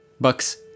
Buck's